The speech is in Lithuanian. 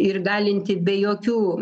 ir galinti be jokių